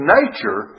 nature